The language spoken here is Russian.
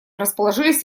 расположились